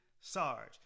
Sarge